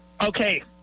Okay